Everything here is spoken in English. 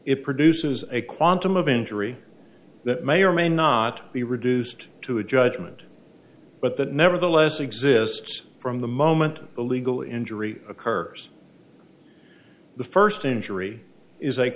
it produces a quantum of injury that may or may not be reduced to a judgment but that nevertheless exists from the moment illegal injury occurs the first injury is